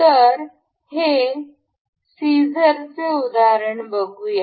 तर हे कात्रीचे उदाहरण बघूया